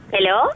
Hello